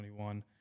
2021